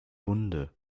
wunde